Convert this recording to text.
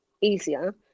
easier